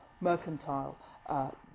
mercantile